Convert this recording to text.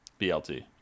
BLT